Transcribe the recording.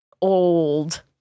old